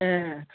ए